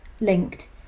Linked